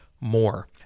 more